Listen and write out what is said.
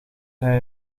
hij